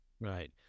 Right